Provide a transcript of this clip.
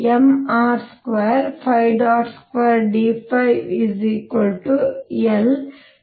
ಗೆ ಸಮಾನವಾಗಿರುತ್ತದೆ